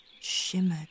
shimmered